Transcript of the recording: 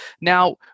Now